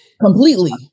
Completely